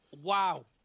Wow